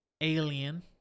alien